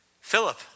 Philip